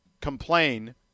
complain